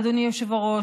אדוני היושב-ראש,